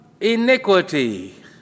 iniquity